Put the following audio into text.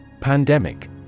Pandemic